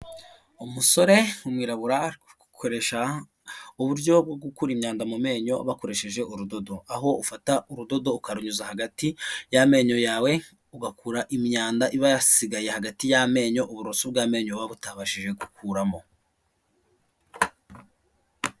Umusore w'umwirabura arigukoresha uburyo bwo gukura imyanda mu menyo bakoresheje urudodo aho ufata urudodo ukarunyuza hagati y'amenyo yawe ugakura imyanda iba yasigaye hagati y'amenyo uburoso bw'amenyo buba butabashije gukuramo.